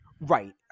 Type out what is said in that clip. Right